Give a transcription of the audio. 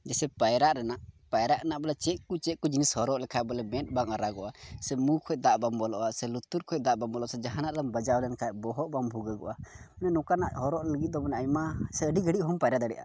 ᱡᱮᱭᱥᱮ ᱯᱟᱭᱨᱟᱜ ᱨᱮᱱᱟᱜ ᱯᱟᱭᱨᱟᱜ ᱨᱮᱱᱟᱜ ᱵᱚᱞᱮ ᱪᱮᱫ ᱠᱚ ᱪᱮᱫ ᱠᱚ ᱡᱤᱱᱤᱥ ᱦᱚᱨᱚᱜ ᱞᱮᱠᱷᱟᱡ ᱵᱚᱞᱮ ᱢᱮᱫ ᱵᱟᱝ ᱟᱨᱟᱜᱚᱜᱼᱟ ᱢᱩ ᱠᱚᱨᱮᱜ ᱫᱟᱜ ᱵᱟᱝ ᱵᱚᱞᱚᱜᱼᱟ ᱥᱮ ᱞᱩᱛᱩᱨ ᱠᱚᱨᱮ ᱫᱟᱜ ᱵᱟᱝ ᱵᱚᱞᱚᱜᱼᱟ ᱡᱟᱦᱟᱱᱟᱜ ᱛᱮᱢ ᱵᱟᱡᱟᱣ ᱞᱮᱱᱠᱷᱟᱱ ᱵᱚᱦᱚᱜ ᱵᱟᱝ ᱵᱷᱩᱜᱟᱹᱜᱚᱜᱼᱟ ᱢᱟᱱᱮ ᱱᱚᱝᱠᱟᱱᱟᱜ ᱦᱚᱨᱚᱜ ᱞᱟᱹᱜᱤᱫ ᱫᱚ ᱟᱭᱢᱟ ᱥᱮ ᱟᱹᱰᱤ ᱜᱷᱟᱹᱲᱤᱡ ᱦᱚᱢ ᱯᱟᱭᱨᱟ ᱫᱟᱲᱮᱭᱟᱜᱼᱟ